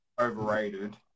overrated